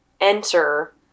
enter